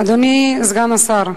אדוני סגן השר,